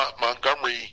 Montgomery